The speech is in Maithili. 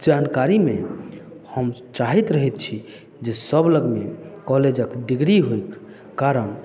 जानकारीमे हम चाहैत रहैत छी जे सब लगमे कॉलेज क डिग्री होइक कारण